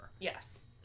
Yes